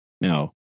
No